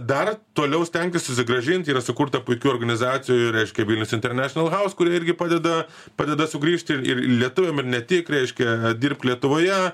dar toliau stengtis susigrąžint yra sukurta puikių organizacijų ir reiškia vilnius internešinal haus kuri irgi padeda padeda sugrįžti ir ir lietuviam ir ne tik reiškia dirbt lietuvoje